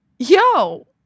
Yo